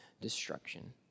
destruction